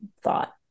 thought